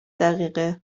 دقیقه